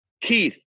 Keith